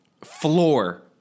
floor